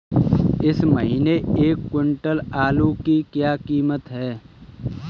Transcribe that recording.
इस महीने एक क्विंटल आलू की क्या कीमत है?